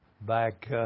back